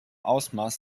ausmaß